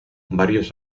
varios